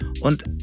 und